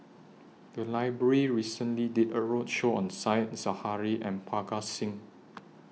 The Library recently did A roadshow on Said Zahari and Parga Singh